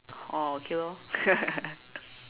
oh okay lor